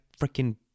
freaking